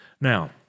Now